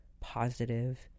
positive